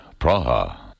Praha